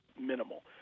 minimal